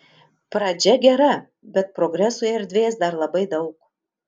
pradžia gera bet progresui erdvės dar labai daug